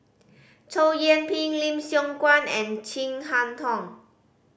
Chow Yian Ping Lim Siong Guan and Chin Harn Tong